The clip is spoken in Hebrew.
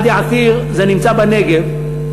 ואדי-עתיר, זה נמצא בנגב.